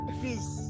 please